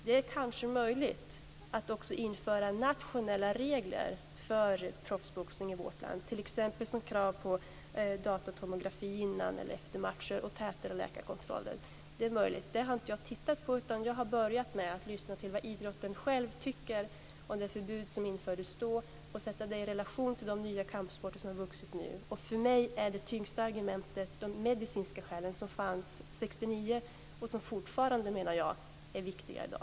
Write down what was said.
Det är kanske möjligt att också införa nationella regler för proffsboxning i vårt land, t.ex. krav på datortomografi före eller efter matcher och tätare läkarkontroller. Det är möjligt. Det har jag inte tittat på, utan jag har börjat med att lyssna på vad idrotten själv tycker om det förbud som infördes och att sätta det i relation till de nya kampsporter som har vuxit fram nu. För mig är det tyngsta argumentet de medicinska skäl som fanns 1969 och som fortfarande, menar jag, är viktiga i dag.